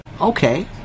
Okay